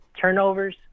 turnovers